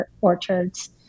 orchards